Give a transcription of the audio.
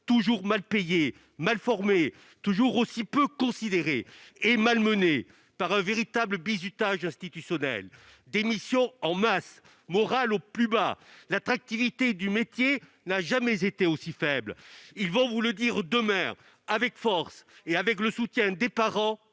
toujours aussi mal payés, mal formés, toujours aussi peu considérés et malmenés par un véritable bizutage institutionnel ; démissions en masse et moral au plus bas ! L'attractivité du métier n'a jamais été aussi faible. Ils vont vous le dire demain avec force et avec le soutien des parents